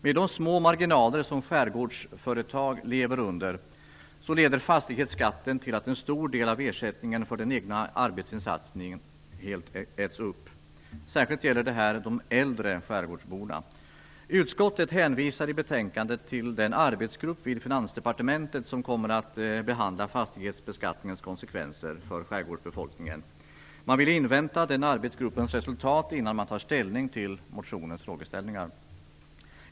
Med de små marginaler som skärgårdsföretag lever under leder fastighetsskatten till att en stor del av ersättningen för den egna arbetsinsatsen helt äts upp. Särskilt gäller detta de äldre skärgårdsborna. Utskottet hänvisar i betänkandet till den arbetsgrupp vid Finansdepartementet som kommer att behandla fastighetsbeskattningens konsekvenser för skärgårdsbefolkningen. Man vill invänta den arbetsgruppens resultat innan man tar ställning till motionens frågeställningar.